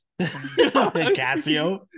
Casio